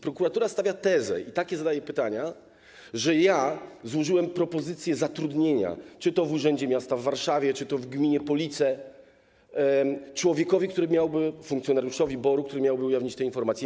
Prokuratura stawia tezę, i takie zadaje pytania, że ja złożyłem propozycje zatrudnienia, czy to w urzędzie miasta w Warszawie, czy to w gminie Police, człowiekowi, funkcjonariuszowi BOR-u, który miałby ujawnić te informacje.